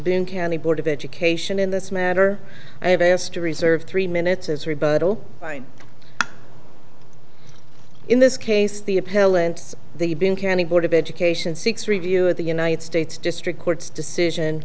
being county board of education in this matter i have asked to reserve three minutes as rebuttal line in this case the appellant's the being county board of education six review of the united states district court's decision